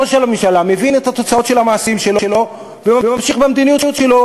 ראש הממשלה מבין את התוצאות של המעשים שלו וממשיך במדיניות שלו,